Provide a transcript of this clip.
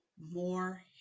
more